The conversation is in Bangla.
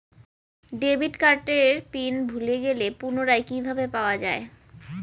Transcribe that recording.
ডেবিট কার্ডের পিন ভুলে গেলে পুনরায় কিভাবে পাওয়া য়ায়?